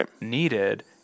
needed